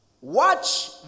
Watch